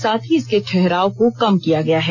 साथ ही इसके ठहराव को कम किया गया है